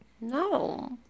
No